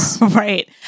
Right